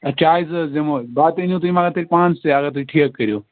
چایہِ زٕ حظ دِمو بتہٕ أنِو تُہۍ مگر تیٚلہِ پانسٕے اگر تُہۍ ٹھیکہٕ کٔرِو